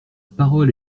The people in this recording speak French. parole